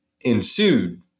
ensued